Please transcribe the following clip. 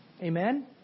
Amen